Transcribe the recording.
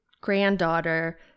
granddaughter